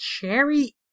Cherry